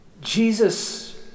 Jesus